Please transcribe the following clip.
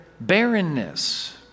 barrenness